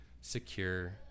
secure